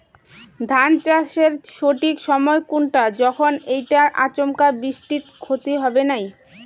ধান চাষের সঠিক সময় কুনটা যখন এইটা আচমকা বৃষ্টিত ক্ষতি হবে নাই?